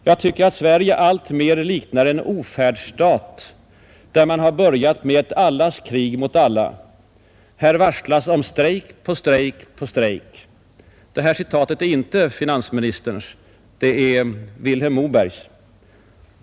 Jag tycker att Sverige alltmer liknar en ofärdsstat, där man har börjat med ett allas krig mot alla: här varslas om strejk på strejk på strejk.” Det här uttalandet är inte finansministerns. Det är Vilhelm Mobergs.